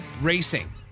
racing